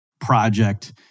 project